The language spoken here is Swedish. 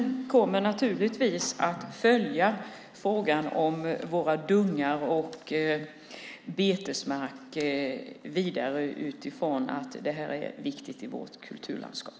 Jag kommer naturligtvis att följa frågan om våra dungar och betesmarker vidare eftersom dessa är viktiga i vårt kulturlandskap.